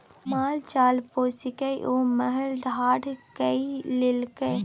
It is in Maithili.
माल जाल पोसिकए ओ महल ठाढ़ कए लेलकै